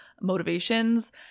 motivations